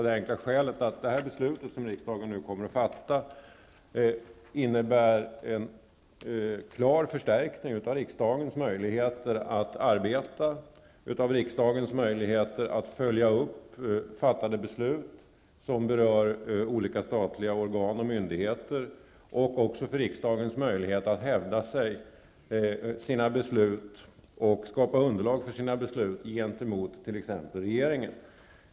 Det enkla skälet härtill är att det beslut som riksdagen nu kommer att fatta innebär en klar förstärkning av riksdagens möjligheter att arbeta och av riksdagens möjligheter att följa upp fattade beslut, som berör statliga organ och myndigheter. Beslutet innebär också en klar förbättring av riksdagens möjligheter att skapa underlag för sina beslut och hävda dessa gentemot exempelvis regeringen.